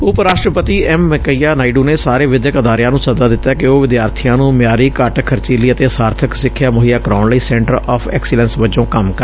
ਉਪ ਰਾਸ਼ਟਰਪਤੀ ਐਮ ਵੈਕਈਆ ਨਾਇਡੂ ਨੇ ਸਾਰੇ ਵਿਦਿਅਕ ਅਦਾਰਿਆਂ ਨੂੰ ਸੱਦਾ ਦਿੱਤੈ ਕਿ ਉਹ ਵਿਦਿਆਰਬੀਆਂ ਨੂੰ ਮਿਆਰੀ ਘੱਟ ਖਰਚੀਲੀ ਅਤੇ ਸਾਰਬਿਕ ਸਿਖਿਆ ਮੁਹੱਈਆ ਕਰਾਉਣ ਲਈ ਸੈਂਟਰ ਆਫ਼ ਐਕਸੀਲੈਂਸ ਵਜੋਂ ਕੰਮ ਕਰਨ